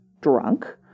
drunk